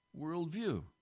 worldview